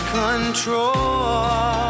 control